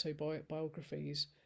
autobiographies